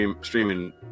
streaming